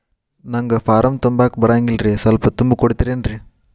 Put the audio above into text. ನಂಗ ಫಾರಂ ತುಂಬಾಕ ಬರಂಗಿಲ್ರಿ ಸ್ವಲ್ಪ ತುಂಬಿ ಕೊಡ್ತಿರೇನ್ರಿ?